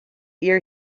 year